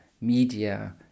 media